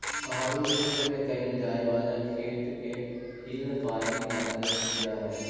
पहाड़ी क्षेत्र में कैइल जाए वाला खेत के हिल फार्मिंग कहल जा हई